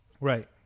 Right